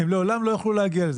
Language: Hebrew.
הם לעולם לא יוכלו להגיע לזה.